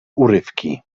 urywki